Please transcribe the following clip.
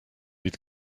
niet